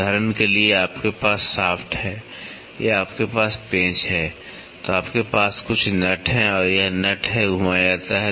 उदाहरण के लिए आपके पास शाफ्ट है या आपके पास पेंच है तो आपके पास कुछ नट है यह नट घुमाया जाता है